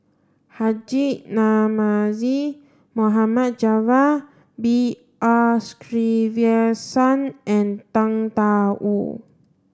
Haji Namazie Mohd Javad B R Sreenivasan and Tang Da Wu